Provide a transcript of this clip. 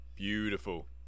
beautiful